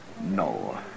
No